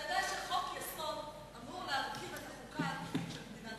אתה יודע שחוק-יסוד אמור להרכיב את החוקה של מדינת ישראל.